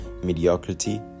mediocrity